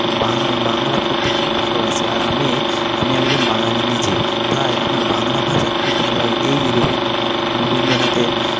বাংলা পড়তে খুব ভালোবাসি আর আমি আমি একজন বাঙালি নিজে তাই আমার বাংলা ভাষা খুব ভালো লাগে এই রবীন্দ্রনাথ রবীন্দ্রনাথের